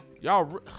Y'all